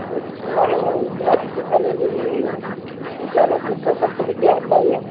नहीं नहीं इतना सीधा ले लीजिएगा उतना नहीं सत्तर सत्तर रुपये होता ही है